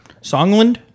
Songland